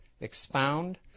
expound